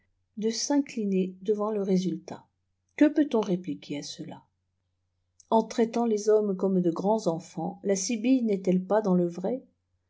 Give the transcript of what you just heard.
de s'incliner devant le résultat que peut-on répliquer à cela en traitant les hommes comme de grande enfants la sibylle n'est-elle pas dans le vraîî